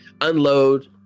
unload